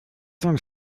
deinen